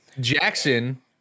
jackson